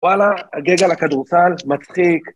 וואלה, הגג על הכדורסל, מצחיק.